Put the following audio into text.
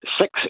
six